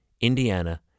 Indiana